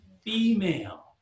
female